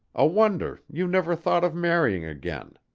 a wonder you never thought of marrying again?